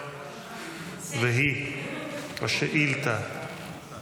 והוא השאילתה